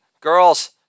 girls